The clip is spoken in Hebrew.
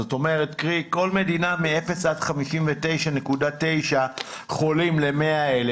זאת אומרת כל מדינה מאפס עד 59.9 חולים ל-100,000.